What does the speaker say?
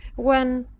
when,